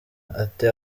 ati